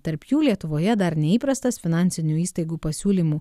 tarp jų lietuvoje dar neįprastas finansinių įstaigų pasiūlymų